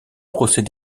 procès